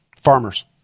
farmers